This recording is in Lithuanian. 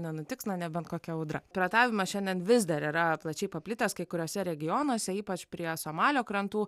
nenutiks na nebent kokia audra piratavimas šiandien vis dar yra plačiai paplitęs kai kuriuose regionuose ypač prie somalio krantų